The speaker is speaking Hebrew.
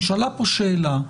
נשאלה פה שאלה,